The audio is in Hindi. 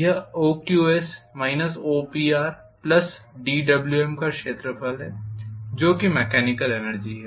यह OQS ऋण OPR जोड़ dWm का क्षेत्रफल है जो मेकॅनिकल एनर्जी है